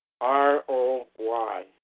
R-O-Y